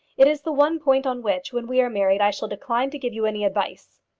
it is the one point on which, when we are married, i shall decline to give you any advice.